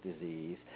disease